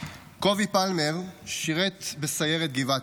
קובי פלמר שירת בסיירת גבעתי.